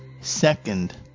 second